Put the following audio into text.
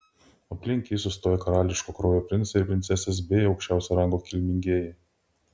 aplink jį sustojo karališko kraujo princai ir princesės bei aukščiausio rango kilmingieji